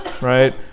right